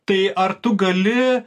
tai ar tu gali